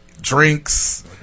drinks